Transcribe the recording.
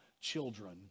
children